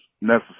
necessary